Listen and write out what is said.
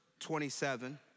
27